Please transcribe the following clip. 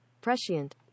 Prescient